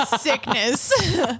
sickness